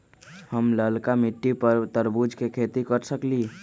हम लालका मिट्टी पर तरबूज के खेती कर सकीले?